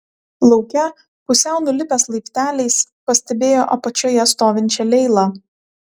lauke pusiau nulipęs laipteliais pastebėjo apačioje stovinčią leilą